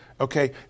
okay